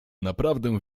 naprawdę